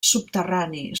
subterrani